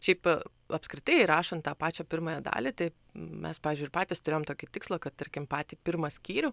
šiaip apskritai rašant tą pačią pirmąją dalį tai mes pavyzdžiui ir patys turėjom tokį tikslą kad tarkim patį pirmą skyrių